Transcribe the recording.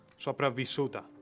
sopravvissuta